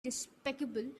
despicable